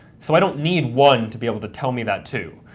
so i don't need one to be able to tell me that too.